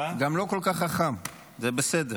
הוא גם לא כל כך חכם, זה בסדר.